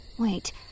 Wait